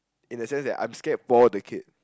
in a sense that I'm scared bore the kid